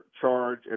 charge